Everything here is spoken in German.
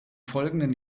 folgenden